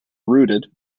rooted